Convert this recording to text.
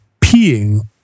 peeing